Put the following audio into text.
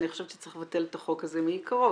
אני חושבת שצריך לבטל את החוק הזה מעיקרו.